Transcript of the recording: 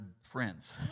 friends